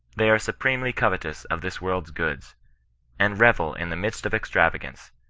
they are supremely covetous of this world's good and revel in the midst of extravagance,